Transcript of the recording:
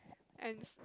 ants